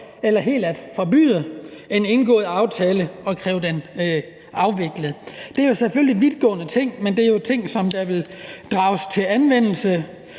eller helt forbyde en indgået aftale og kræve den afviklet. Det er selvfølgelig vidtgående ting, men det er jo ting, der vil bringes i anvendelse,